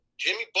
Jimmy